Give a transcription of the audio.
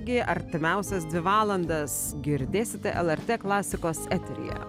gi artimiausias dvi valandas girdėsite lrt klasikos eteryje